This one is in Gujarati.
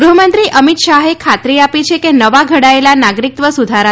ગૃહમંત્રી અમિત શાહે ખાતરી આપી છે કે નવા ઘડાયેલા નાગરિકત્વ સુધારા